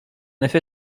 effet